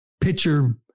pitcher